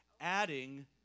adding